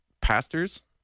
pastors